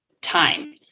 time